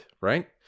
right